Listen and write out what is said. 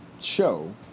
show